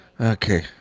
okay